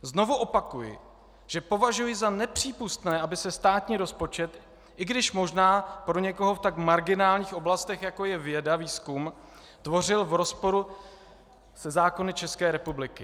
Znovu opakuji, že považuji za nepřípustné, aby se státní rozpočet, i když možná pro někoho v tak marginálních oblastech, jako je věda, výzkum, tvořil v rozporu se zákony České republiky.